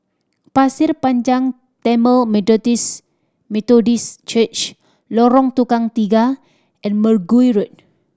Pasir Panjang Tamil Methodist Church Lorong Tukang Tiga and Mergui Road